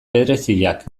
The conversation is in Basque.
bereziak